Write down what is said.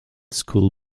school